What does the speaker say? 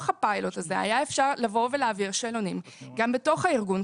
בתוך הפיילוט הזה היה אפשר לבוא ולהעביר שאלונים גם בתוך הארגון,